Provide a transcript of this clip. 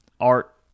Art